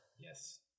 Yes